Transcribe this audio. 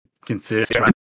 Consider